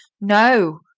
No